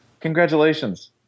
Congratulations